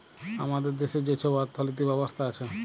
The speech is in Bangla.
আমাদের দ্যাশে যে ছব অথ্থলিতি ব্যবস্থা আছে